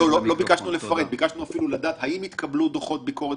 אני לא זוכרת אם בכלל יש דוח ביקורת